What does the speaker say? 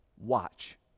watch